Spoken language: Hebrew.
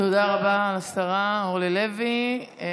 תודה רבה לשרה אורלי לוי.